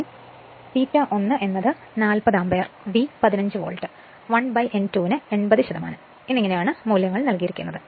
ഇപ്പോൾ ∅1 എന്നത് 40 ampere V 500 volt 1 n2 ന് 80 എന്നിങ്ങനെയാണ് നൽകിയിരിക്കുന്നത്